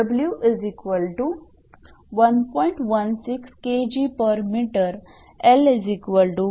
W1